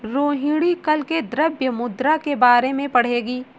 रोहिणी कल से द्रव्य मुद्रा के बारे में पढ़ेगी